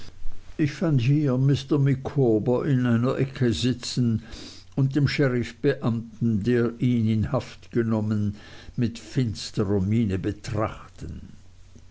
in einer ecke sitzen und den sheriffbeamten der ihn in haft genommen mit finsterer miene betrachten